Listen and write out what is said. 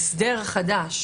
שההסדר החדש